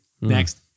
Next